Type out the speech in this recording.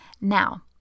Now